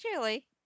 Julie